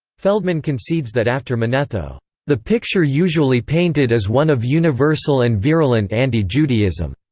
feldman concedes that after manetho the picture usually painted is one of universal and virulent anti-judaism.